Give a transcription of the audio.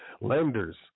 Lenders